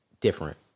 different